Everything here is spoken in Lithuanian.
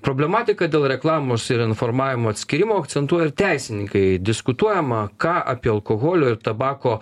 problematiką dėl reklamos ir informavimo atskyrimo akcentuoja teisininkai diskutuojama ką apie alkoholio ir tabako